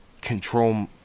control